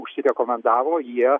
užsirekomendavo jie